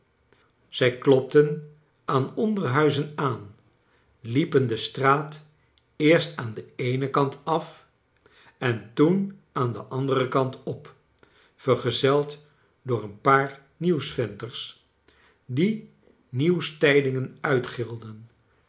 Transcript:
zij klopten aan onderhuizen aan liepen de straat eerst aan den eenen kant af en toen aan den anderen kant op verge z eld door een paar nieuwsventers die nieuwstijdingen uitgilden